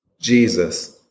Jesus